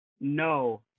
No